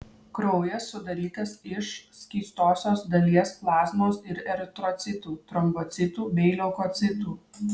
kraujas sudarytas iš skystosios dalies plazmos ir eritrocitų trombocitų bei leukocitų